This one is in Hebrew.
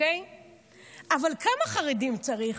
אבל כמה חרדים צריך